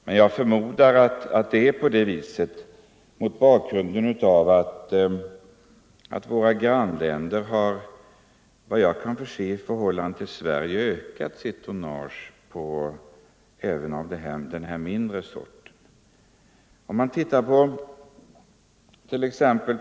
Men jag kan förmoda att det är på det viset mot bakgrunden av att våra grannländer — vad jag kan se — har ökat sitt tonnage även av den mindre sorten i förhållande till Sverige.